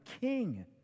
King